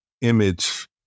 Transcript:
image